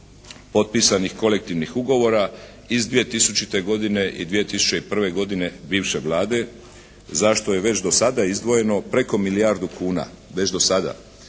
potpisanih kolektivnih ugovora iz 2000. godine i 2001. godine bivše Vlade, zašto je već dosada izdvojeno preko milijardu kuna, već dosada.